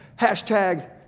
hashtag